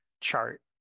chart